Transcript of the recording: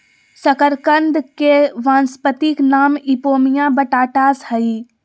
शकरकंद के वानस्पतिक नाम इपोमिया बटाटास हइ